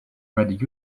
red